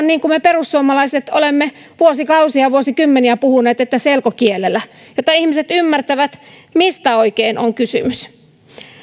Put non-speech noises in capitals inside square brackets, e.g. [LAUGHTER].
[UNINTELLIGIBLE] niin kuin me perussuomalaiset olemme vuosikausia vuosikymmeniä puhuneet selkokielellä jotta ihmiset ymmärtävät mistä oikein on kysymys